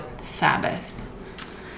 Sabbath